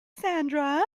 sandra